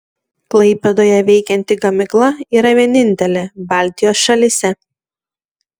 klaipėdoje veikianti gamykla yra vienintelė baltijos šalyse